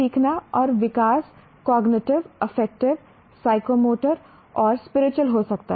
सीखना और विकास कॉग्निटिव अफेक्टिव साइकोमोटर और स्पिरिचुअल हो सकता है